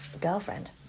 girlfriend